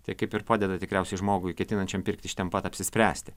tai kaip ir padeda tikriausiai žmogui ketinančiam pirkti iš ten pat apsispręsti